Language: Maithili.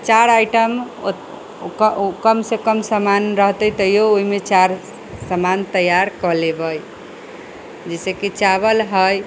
चारि आइटम कमसँ कम सामान रहतै तैयो ओहिमे चारि सामान तैआर कऽ लेबै जैसेकि चावल हइ